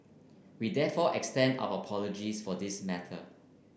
we therefore extend our apologies for this matter